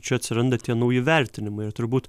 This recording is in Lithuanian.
čia atsiranda tie nauji vertinimai ir turbūt